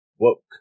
woke